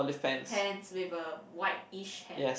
the pants with a whitish hat